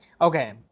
Okay